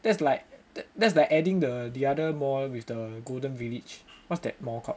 that's like that's like adding the the other mall with the Golden Village what's that mall called